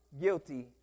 guilty